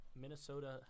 Minnesota